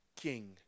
king